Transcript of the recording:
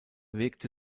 wirkte